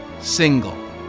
single